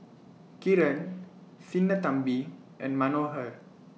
Kiran Sinnathamby and Manohar